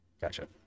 Gotcha